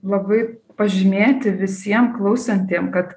labai pažymėti visiem klausantiem kad